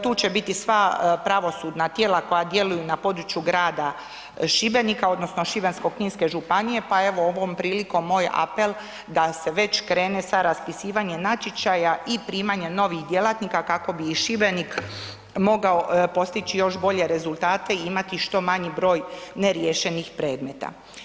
Tu će biti sva pravosudna tijela koja djeluju na području grada Šibenika odnosno Šibensko-kninske županije, pa evo ovom prilikom moj apel da se već krene sa raspisivanjem natječaja i primanjem novih djelatnika kako bi i Šibenik mogao postići još bolje rezultate i imati što manji broj neriješenih predmeta.